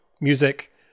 music